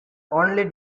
only